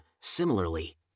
similarly